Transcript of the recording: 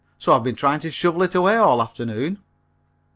so i've been trying to shovel it away all afternoon.